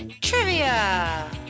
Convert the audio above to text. Trivia